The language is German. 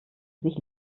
sich